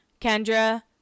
Kendra